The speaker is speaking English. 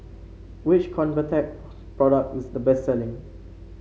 which Convatec product is the best selling